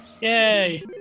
Yay